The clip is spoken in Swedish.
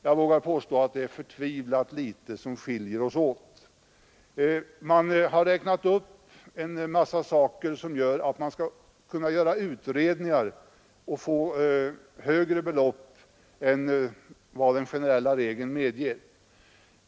Jag vågar dock påstå att det är mycket litet som skiljer oss åt. Det har räknats upp en mängd anledningar till att man skall göra utredningar och få högre belopp än vad den generella regeln medger.